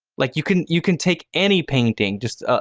like you can you can take any painting, just